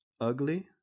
Ugly